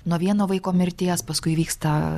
nuo vieno vaiko mirties paskui įvyksta